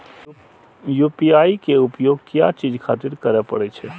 UPI के उपयोग किया चीज खातिर करें परे छे?